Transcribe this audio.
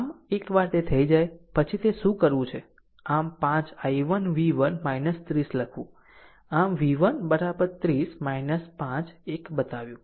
આમ એકવાર તે થઈ જાય પછી તે શું કરવું છે આમ 5 i1 v1 30 લખવું આમ v1 30 5 1 બતાવ્યું